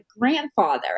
grandfather